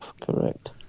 correct